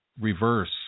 reverse